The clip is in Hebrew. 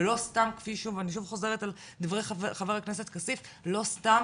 ואני שוב חוזרת על דברי חבר הכנסת כסיף, לא סתם